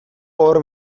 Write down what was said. hor